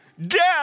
Death